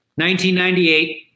1998